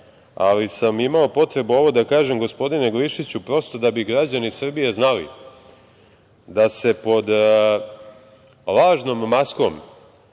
ali sam imao potrebu ovo da kažem, gospodine Glišiću, prosto da bi građani Srbije znali da se pod lažnom maskom